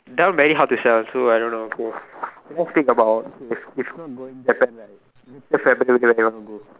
that one very hard to sell so I don't know K K let's speak about K if if not going Japan right next year February where you want to go